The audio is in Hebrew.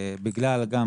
בגלל גם,